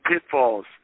pitfalls